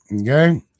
okay